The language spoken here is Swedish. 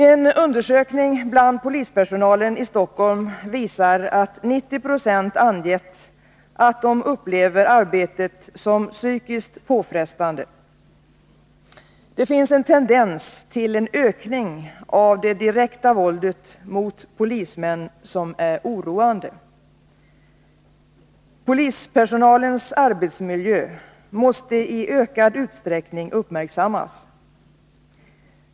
En undersökning bland polispersonalen i Stockholm visar att 90 96 angett att de upplever arbetet som psykiskt påfrestande. Det finns en tendens till en ökning av det direkta våldet mot polismän som är oroande. Polispersonalens arbetsmiljö måste i ökad utsträckning uppmärksammas.